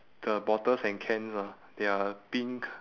the bottles and cans ah there are pink